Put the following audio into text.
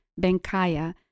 Bankaya